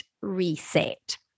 Reset